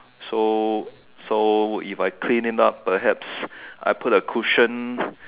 so so would if I clean it up perhaps I put a cushion